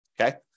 okay